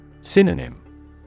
Synonym